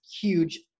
huge